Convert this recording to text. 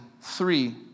three